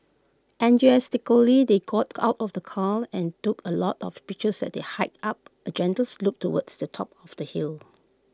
enthusiastically they got out of the car and took A lot of pictures as they hiked up A gentle slope towards the top of the hill